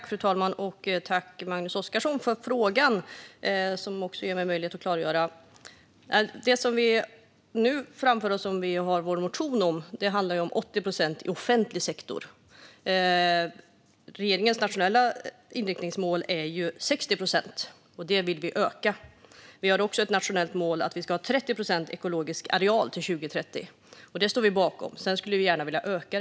Fru talman! Jag tackar Magnus Oscarsson för frågan, som ger mig möjlighet att klargöra vår inställning. Vår reservation handlar om 80 procent ekologiskt i offentlig sektor. Regeringens nationella inriktningsmål är 60 procent, och det vill vi alltså öka. Vi har också ett mål om 30 procent ekologisk areal till 2030, och det står vi bakom men vill sedan öka.